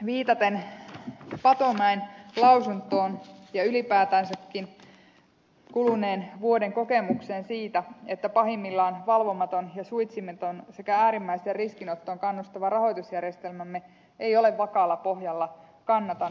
viitaten patomäen lausuntoon ja ylipäätänsäkin kuluneen vuoden kokemuksiin siitä että pahimmillaan valvomaton ja suitsimaton sekä äärimmäiseen riskinottoon kannustava rahoitusjärjestelmämme ei ole vakaalla pohjalla kannatan ed